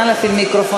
נא להפעיל מיקרופון.